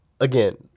Again